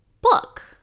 book